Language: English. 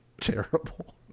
terrible